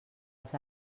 els